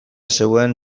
zegoen